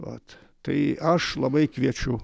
ot tai aš labai kviečiu